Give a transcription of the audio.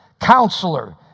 Counselor